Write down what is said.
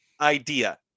idea